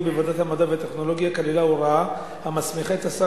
בוועדת המדע והטכנולוגיה כללה הוראה המסמיכה את השר